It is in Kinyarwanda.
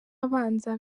abanza